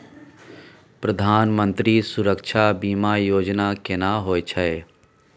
प्रधानमंत्री सुरक्षा बीमा योजना केना होय छै?